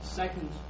second